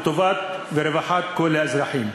לטובת ולרווחת כל האזרחים,